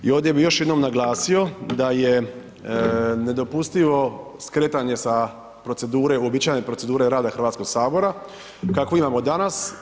I ovdje bih još jednom naglasio da je nedopustivo skretanje sa procedure, uobičajene procedure rada Hrvatskog sabora kakvu imamo danas.